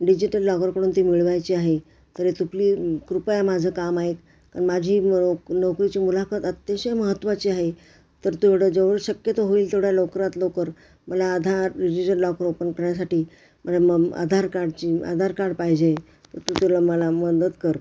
digital लॉकरकडून ती मिळवायची आहे तर तु प्ली कृपया माझं काम आहे कारण माझी म नोकरीची मुलाखत अतिशय महत्त्वाची आहे तर तेवढं जवळ शक्यतो होईल तेवढा लवकरात लवकर मला आधार डिजिटल लॉकर ओपन करण्यासाठी मला मम आधार कार्डची आधार कार्ड पाहिजे तर तू तुला मला मदत कर